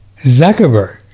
Zuckerberg